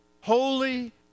Holy